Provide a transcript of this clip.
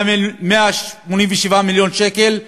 ו-187 מיליון שקל,